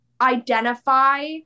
identify